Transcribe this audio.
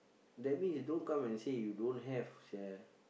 that means you don't come and say you don't have sia